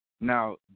Now